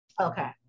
Okay